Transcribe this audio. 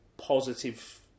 positive